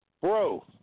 Bro